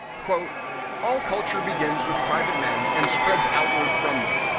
all culture begins with private men and spreads outward from them.